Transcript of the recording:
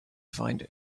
find